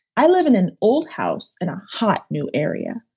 i live in an old house, in a hot new area.